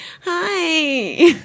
hi